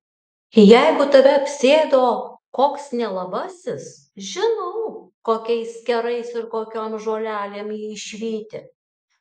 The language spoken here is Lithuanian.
jeigu tave apsėdo koks nelabasis žinau kokiais kerais ir kokiom žolelėm jį išvyti